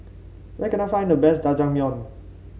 where can I find the best Jajangmyeon